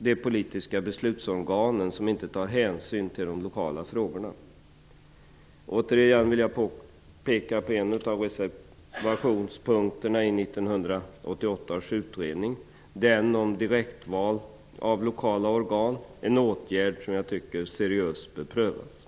de politiska beslutsorganen, som inte tar hänsyn till de lokala frågorna. Återigen vill jag peka på en av reservationspunkterna i 1988 års utredning, den om direktval av lokala organ, en åtgärd som jag tycker seriöst bör prövas.